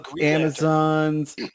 Amazon's